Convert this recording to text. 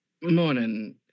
morning